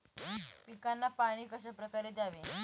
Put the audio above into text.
पिकांना पाणी कशाप्रकारे द्यावे?